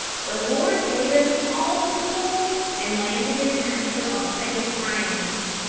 the horse gave an awful pull, and landed his master on safe ground.